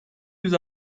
yüz